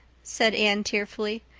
said anne tearfully.